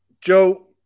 Joe